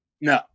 No